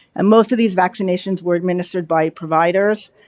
and most of these vaccinations were administered by providers,